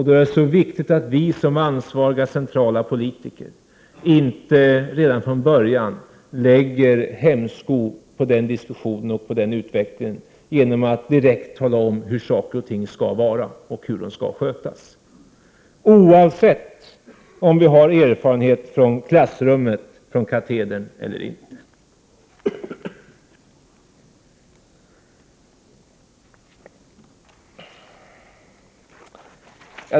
Då är det så viktigt att vi som ansvariga centrala politiker inte redan från början lägger hämsko på den diskussionen och utvecklingen genom att direkt tala om hur saker och ting skall vara och skötas, oavsett om vi har erfarenhet från klassrummet, från katedern, eller inte.